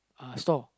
uh store